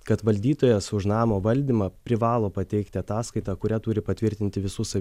kad valdytojas už namo valdymą privalo pateikti ataskaitą kurią turi patvirtinti visus